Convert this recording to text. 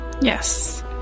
Yes